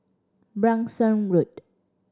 Branksome Road